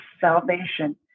salvation